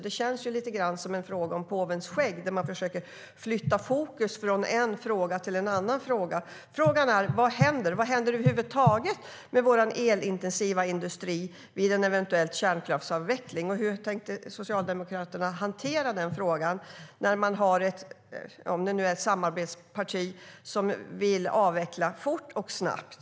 Det känns lite grann som en fråga om påvens skägg, där man försöker flytta fokus från en fråga till en annan. Frågan är: Vad händer? Vad händer över huvud taget med vår elintensiva industri vid en eventuell kärnkraftsavveckling? Hur tänker Socialdemokraterna hantera den frågan med ett samarbetsparti - om det nu är det - som vill avveckla fort och snabbt?